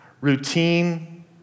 routine